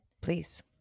Please